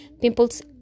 pimples